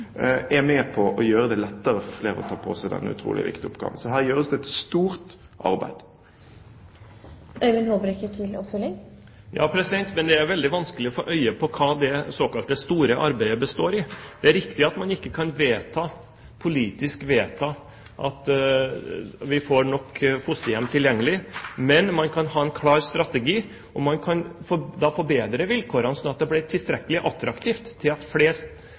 er med på å gjøre det lettere for flere å ta på seg denne utrolig viktige oppgaven. Så her gjøres det et stort arbeid. Det er veldig vanskelig å få øye på hva det såkalte store arbeidet består i. Det er riktig at man politisk ikke kan vedta at vi får nok fosterhjem tilgjengelig, men man kan ha en klar strategi, og man kan forbedre vilkårene, slik at det blir tilstrekkelig attraktivt til at